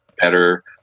better